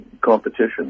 competition